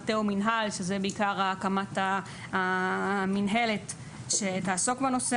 התאו-מנהל שזה בעיקר הקמת המנהלת שתעסוק בנושא